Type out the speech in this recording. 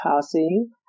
passing